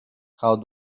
how